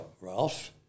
Ralph